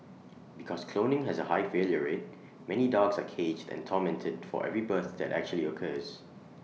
because cloning has A high failure rate many dogs are caged and tormented for every birth that actually occurs